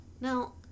Now